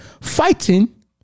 fighting